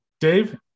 Dave